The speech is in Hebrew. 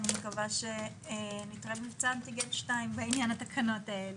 אני מקווה שנתראה במבצע אנטיגן 2 בעניין התקנות האלה.